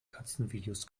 katzenvideos